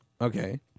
Okay